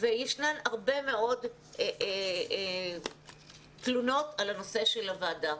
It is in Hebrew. יש הרבה מאוד תלונות על הנושא של הוועדה.